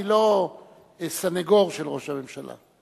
אני לא סניגור של ראש הממשלה,